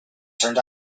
turned